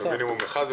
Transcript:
זה